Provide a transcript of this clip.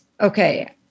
okay